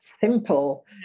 simple